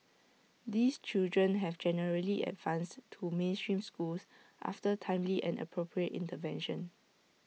these children have generally advanced to mainstream schools after timely and appropriate intervention